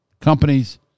companies